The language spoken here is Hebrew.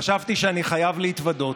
חשבתי שאני חייב להתוודות.